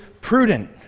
prudent